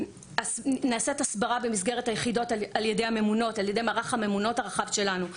נעשית הסברה במסגרת היחידות על ידי מערך הממונות הרחב שלנו,